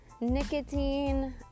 nicotine